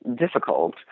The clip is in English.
difficult